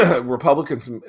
Republicans